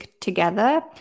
together